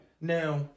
Now